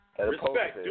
Respect